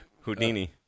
Houdini